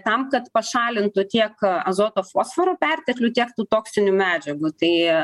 tam kad pašalintų tiek azoto fosforo perteklių tiek tų toksinių medžiagų tai